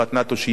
שהיא מנעה